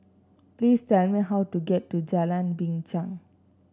please tell me how to get to Jalan Binchang